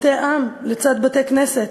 בתי-עם לצד בתי-כנסת,